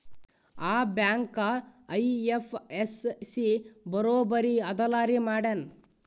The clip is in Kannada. ಆ ಬ್ಯಾಂಕ ಐ.ಎಫ್.ಎಸ್.ಸಿ ಬರೊಬರಿ ಅದಲಾರಿ ಮ್ಯಾಡಂ?